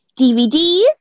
DVDs